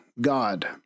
God